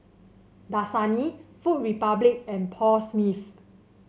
Dasani Food Republic and Paul Smith